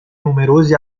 numerosi